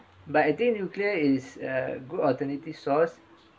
but I think nuclear is a good alternative source